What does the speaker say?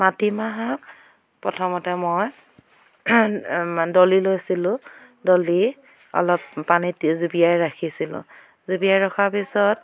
মাটি মাহক প্ৰথমতে মই ডলি লৈছিলোঁ ডলি অলপ পানীত জুবুৰিয়াই ৰাখিছিলোঁ জুবুৰিয়াই ৰখাৰ পিছত